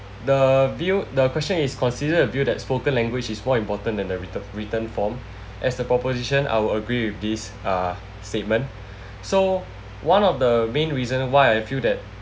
the view the question is considered a view that spoken language is more important than the written written form as the proposition I will agree with this uh statement so one of the main reason why I feel that